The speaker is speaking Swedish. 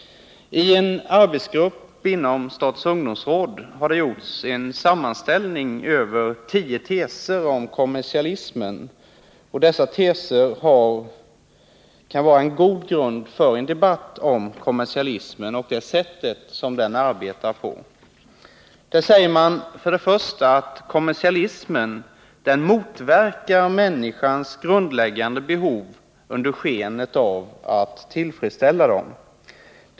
En arbetsgrupp inom statens ungdomsråd har gjort en sammanställning av tio teser om kommersialismen. Dessa teser kan vara en god grund för en debatt om kommersialismen och det sätt varpå den arbetar. Den första tesen är att kommersialismen motverkar människornas grundläggande behov under sken av att tillfredsställa dem.